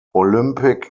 olympic